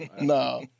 no